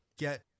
Get